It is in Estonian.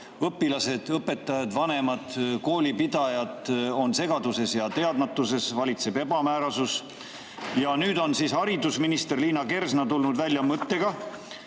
õpilased, õpetajad, vanemad, koolipidajad on segaduses ja teadmatuses, valitseb ebamäärasus. Nüüd on haridusminister Liina Kersna tulnud välja mõttega,